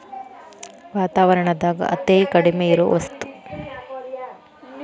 ವಾತಾವರಣದಾಗ ಅತೇ ಕಡಮಿ ಇರು ವಸ್ತು